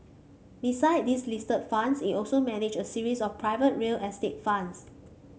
besides these listed funds it also manages a series of private real estate funds